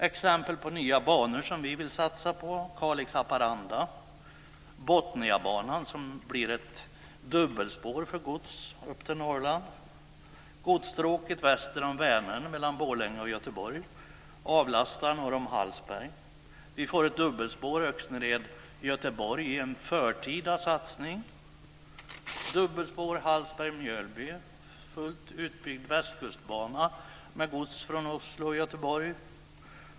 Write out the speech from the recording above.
Exempel på nya banor som vi vill satsa på är banan Kalix-Haparanda och Botniabanan med ett dubbelspår för gods upp till Norrland. Godsstråket väster om Vänern mellan Borlänge och Göteborg avlastar norr om Hallsberg. Vi får ett dubbelspår på sträckan Öxnered-Göteborg i en förtida satsning. Vidare handlar det om ett dubbelspår på sträckan Hallsberg Mjölby och om en fullt utbyggd västkustbana med gods från Oslo och Göteborg.